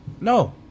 No